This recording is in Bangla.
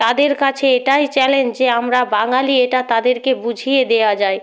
তাদের কাছে এটাই চ্যালেঞ্জ যে আমরা বাঙালি এটা তাদেরকে বুঝিয়ে দেয়া যায়